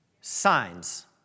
signs